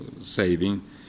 saving